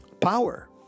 power